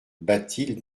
bathilde